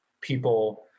people